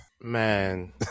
man